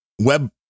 web